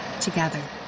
together